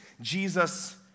Jesus